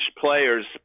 players